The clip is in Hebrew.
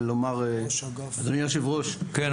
מקס